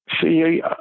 see